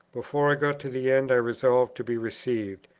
before i got to the end, i resolved to be received,